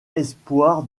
espoir